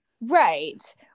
Right